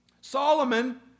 Solomon